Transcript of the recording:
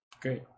Great